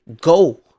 go